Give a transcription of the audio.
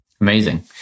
Amazing